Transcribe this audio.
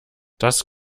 das